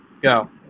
Go